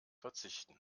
verzichten